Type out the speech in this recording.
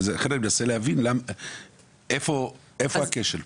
לכן אני מנסה להבין איפה הכשל פה.